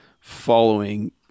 following